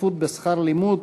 השתתפות בשכר לימוד),